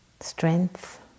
strength